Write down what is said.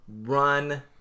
run